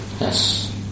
Yes